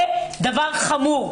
זה דבר חמור.